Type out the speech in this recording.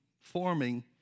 forming